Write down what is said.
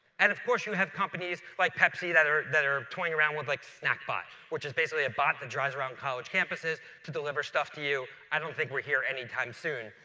and of course you have companies like pepsi, that are that are toying around with like snackbot, which is basically a bot that drives around college campuses to deliver stuff to you. i don't think we're here any time soon.